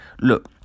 look